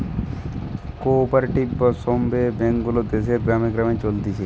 co operative বা সমব্যায় bank গুলা দেশের গ্রামে গ্রামে চলতিছে